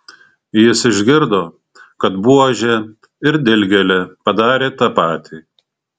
jis išgirdo kad buožė ir dilgėlė padarė tą patį